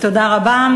תודה רבה.